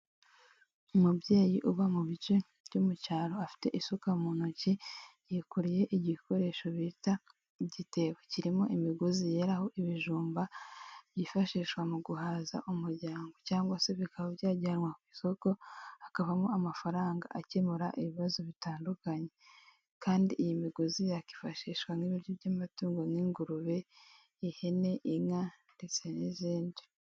Umubyeyi uba mu bice byo mu cyaro afite isuka mu ntoki yikuriye igikoresho bita igitebo, kirimo imigozi yeraraho ibijumba yifashishwa mu guhaza umuryango cyangwa se bikaba byajyanwa ku isoko hakavamo amafaranga akemura ibibazo bitandukanye, kandi iyi migozi yakifashishwa nk'ibiryo by'amatungo nk'ingurube, ihene, inka ndetse n'izindi.